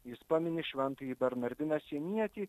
jis pamini šventąjį bernardiną sienietį